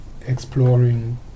exploring